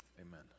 Amen